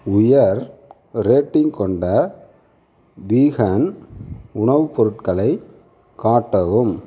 உயர் ரேட்டிங் கொண்ட வீகன் உணவுப் பொருட்களை காட்டவும்